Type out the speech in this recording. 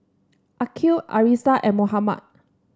Aqil Arissa and Muhammad